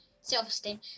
self-esteem